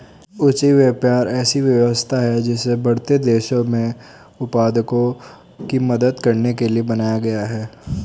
उचित व्यापार ऐसी व्यवस्था है जिसे बढ़ते देशों में उत्पादकों की मदद करने के लिए बनाया गया है